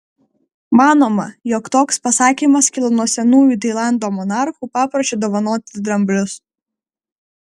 manoma jog toks pasakymas kilo nuo senųjų tailando monarchų papročio dovanoti dramblius